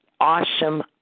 Awesome